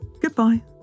Goodbye